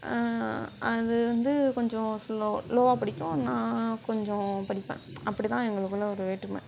அது வந்து கொஞ்சம் ஸ்லோ லோவாகப் படிக்கும் நான் கொஞ்சம் படிப்பேன் அப்படிதான் எங்களுக்குள்ளே ஒரு வேற்றுமை